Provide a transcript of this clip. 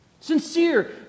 sincere